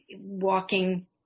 walking